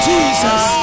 Jesus